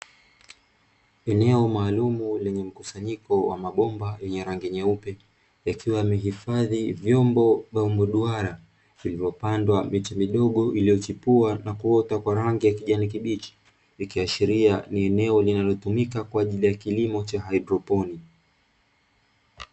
Eneo maalumu lenye mkusanyiko wa mabomba yenye rangi nyeupe yakiwa yamehifadhi vyombo vya umbo duara, vilivyopandwa miti midogo, iliyochipua na kuota kwa rangi ya kijani kibichi ikiashiria nieneo linalotumika kwa ajili ya kilimo cha haidroponi.